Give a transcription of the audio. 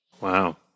Wow